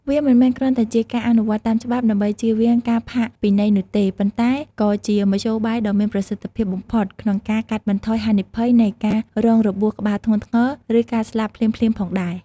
វាមិនមែនគ្រាន់តែជាការអនុវត្តតាមច្បាប់ ដើម្បីចៀសវាងការផាកពិន័យនោះទេ ប៉ុន្តែក៏ជាមធ្យោបាយដ៏មានប្រសិទ្ធភាពបំផុតក្នុងការកាត់បន្ថយហានិភ័យនៃការរងរបួសក្បាលធ្ងន់ធ្ងរ ឬការស្លាប់ភ្លាមៗផងដែរ។